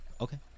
Okay